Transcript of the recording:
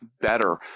better